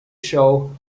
show